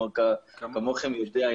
מי כמוכם יודע,